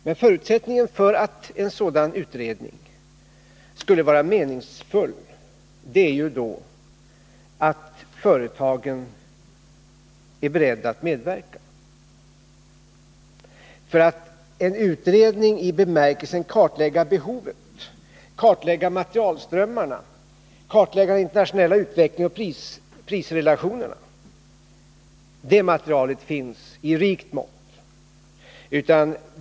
Men förutsättningen för att en sådan utredning skulle vara meningsfull är ju att företagen är beredda att medverka. Om ni avser en utredning i bemärkelsen att den skall kartlägga behovet, kartlägga materialströmmarna, kartlägga den industriella utvecklingen och prisrelationerna, så vill jag säga att det materialet finns i rikt mått.